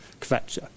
kvetcher